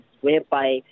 whereby